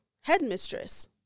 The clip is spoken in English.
headmistress